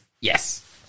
Yes